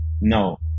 no